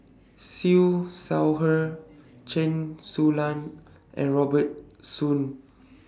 Siew Shaw Her Chen Su Lan and Robert Soon